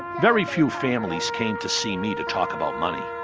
very few families came to see me to talk about money.